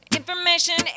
Information